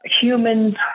humans